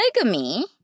Polygamy